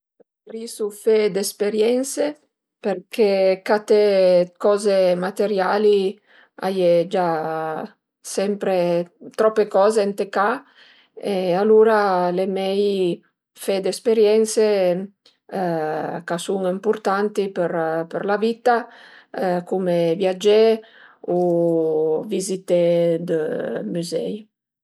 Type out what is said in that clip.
Preferisu fe d'esperiense perché caté d'coze materiali a ie gia sempre trope coze ën ca e alura al e mei fe d'esperiense ch'a sun impurtanti për la vitta, cume viagé u vizité dë müzei